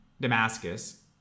Damascus